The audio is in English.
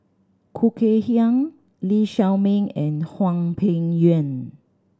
Khoo Kay Hian Lee Shao Meng and Hwang Peng Yuan